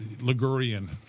Ligurian